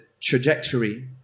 trajectory